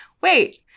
wait